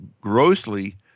grossly